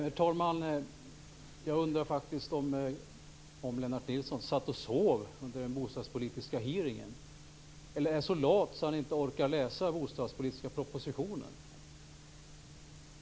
Herr talman! Jag undrar faktiskt om Lennart Nilsson satt och sov under den bostadspolitiska hearingen. Eller är han så lat att han inte orkar läsa den bostadspolitiska propositionen?